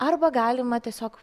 arba galima tiesiog na